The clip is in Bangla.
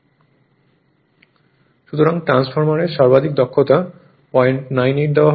সুতরাং ট্রান্সফরমারের সর্বাধিক দক্ষতা 098 দেওয়া হয়েছে